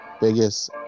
biggest